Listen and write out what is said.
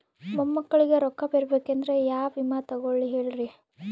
ಮೊಮ್ಮಕ್ಕಳಿಗ ರೊಕ್ಕ ಬರಬೇಕಂದ್ರ ಯಾ ವಿಮಾ ತೊಗೊಳಿ ಹೇಳ್ರಿ?